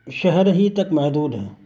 شہر ہی تک محدود ہے